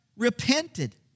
repented